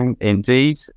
Indeed